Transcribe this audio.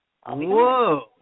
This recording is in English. Whoa